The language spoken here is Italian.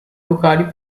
locali